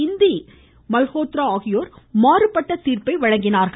இந்து மல்கோத்ரா ஆகியோர் மாறுபட்ட தீர்ப்பை வழங்கினார்கள்